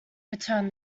returned